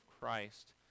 Christ